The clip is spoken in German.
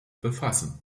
befassen